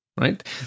right